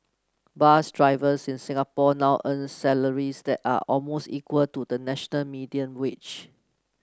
bus drivers in Singapore now earn salaries that are almost equal to the national median wage